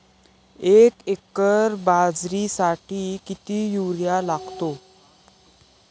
एक एकर बाजरीसाठी किती युरिया लागतो?